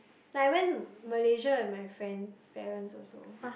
like I went Malaysia with my friend's parents also